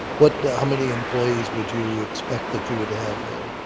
what how many employees would you expect that you would have there?